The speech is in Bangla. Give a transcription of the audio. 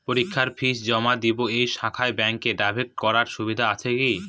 পরীক্ষার ফি জমা দিব এই শাখায় ব্যাংক ড্রাফট করার সুবিধা আছে কি?